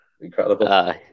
incredible